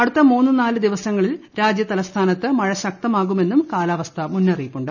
അടുത്ത മൂന്ന് നാലു ദിവസങ്ങളിൽ രാജ്യത്ലസ്ഥാനത്ത് മഴ ശക്തമാകുമെന്നും കാലാവസ്ഥാ മുന്നറിയിപ്പു്ണ്ട്